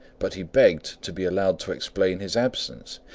but he begged to be allowed to explain his absence,